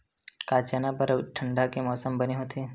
का चना बर ठंडा के मौसम बने होथे?